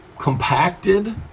compacted